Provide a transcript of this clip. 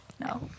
no